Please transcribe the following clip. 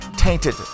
Tainted